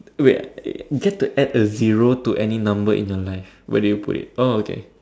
wait get to add a zero to any number in your life where do you put it oh okay